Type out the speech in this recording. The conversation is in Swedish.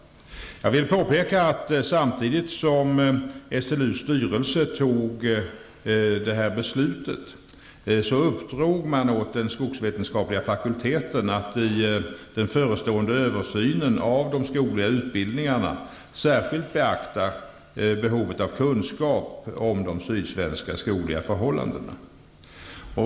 Jag vill påpeka att samtidigt som SLU:s styrelse tog det här beslutet uppdrog den åt den skogsvetenskapliga fakulteten att i den förestående översynen av de skogliga utbildningarna särskilt beakta behovet av kunskap om de sydsvenska skogliga förhållandena.